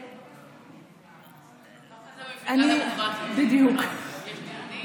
ככה זה מפלגה דמוקרטית, יש דיונים.